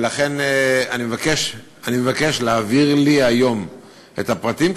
לכן אני מבקש להעביר לי היום את הפרטים,